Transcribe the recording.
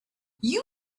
you